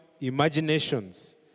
imaginations